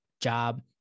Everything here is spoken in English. job